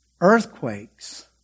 earthquakes